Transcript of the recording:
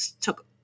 took